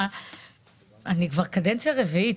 אני כבר קדנציה רביעית,